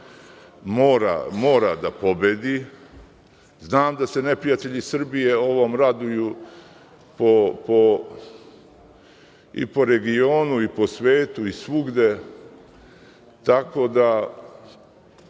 mora da pobedi. Znam da se neprijatelji Srbije ovome raduju i po regionu i po svetu i svugde, tako da